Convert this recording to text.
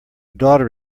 daughter